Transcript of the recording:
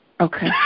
Okay